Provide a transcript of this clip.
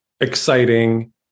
exciting